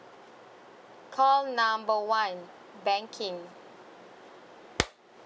call number one banking